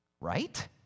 Right